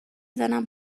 زنم